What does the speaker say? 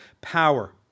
power